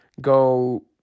go